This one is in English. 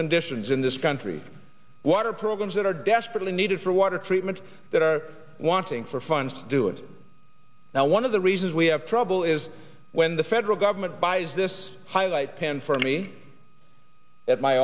conditions in this country water programs that are desperately needed for water treatment that are wanting for funds do it now one of the reasons we have trouble is when the federal government buys this highlight plan for me at my